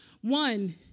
one